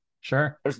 Sure